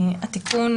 התיקון